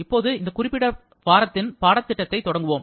இப்போது இந்த குறிப்பிட்ட வாரத்தின் பாடத்திட்டத்தை தொடங்குவோம்